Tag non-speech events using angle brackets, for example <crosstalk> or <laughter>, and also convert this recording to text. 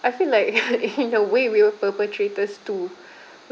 I feel like <laughs> in a way we're perpetrators too